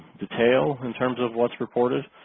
detail in terms of what's reported